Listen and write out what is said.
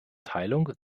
teilung